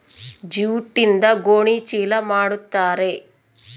ಜೂಟ್ಯಿಂದ ಗೋಣಿ ಚೀಲ ಮಾಡುತಾರೆ